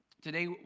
Today